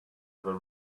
ever